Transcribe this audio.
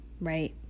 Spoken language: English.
right